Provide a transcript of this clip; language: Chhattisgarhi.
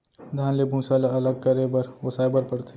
धान ले भूसा ल अलग करे बर ओसाए बर परथे